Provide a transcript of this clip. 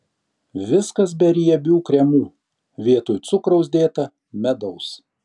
viskas be riebių kremų vietoj cukraus dėta medaus